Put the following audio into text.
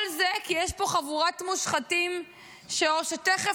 כל זה כי יש פה חבורת מושחתים שאו שתכף